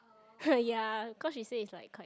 !heh! ya cause she say it's like quite